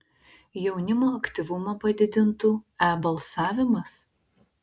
jaunimo aktyvumą padidintų e balsavimas